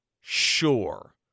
sure